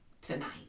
tonight